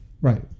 Right